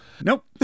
Nope